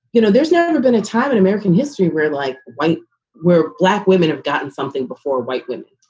you know, there's never been a time in american history where, like white where black women have gotten something before white women.